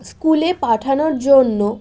স্কুলে পাঠানোর জন্য